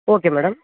okay madam